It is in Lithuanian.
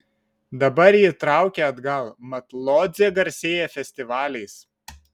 dabar jį traukia atgal mat lodzė garsėja festivaliais